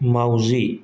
माउजि